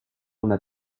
una